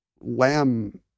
lamb